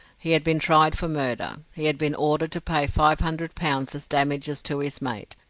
he had been tried for murder. he had been ordered to pay five hundred pounds as damages to his mate,